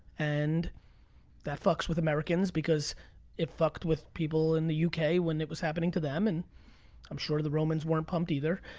and that fucks with americans because it fucked with people in the yeah uk when it was happening to them, and i'm sure the romans weren't pumped either,